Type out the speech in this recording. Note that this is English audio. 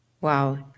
Wow